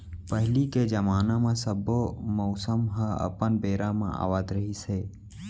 पहिली के जमाना म सब्बो मउसम ह अपन बेरा म आवत रिहिस हे